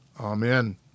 Amen